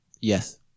Yes